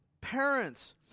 Parents